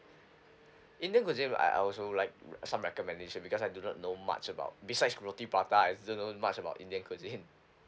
indian cuisine I also like some recommendation because I do not know much about besides roti prata I didn't know much about indian cuisine